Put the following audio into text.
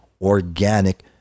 organic